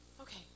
Okay